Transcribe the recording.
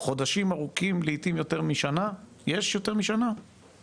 חודשים ארוכים, לעיתים יותר משנה, יש יותר משנה?